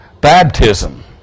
baptism